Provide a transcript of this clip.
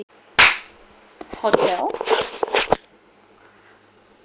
hotel